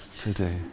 today